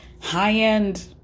high-end